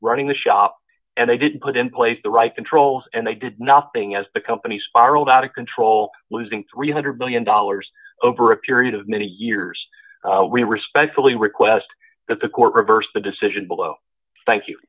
running the shop and they did put in place the right controls and they did nothing as the company spiraled out of control losing three hundred million dollars over a period of many years we respectfully request that the court reversed the decision below thank you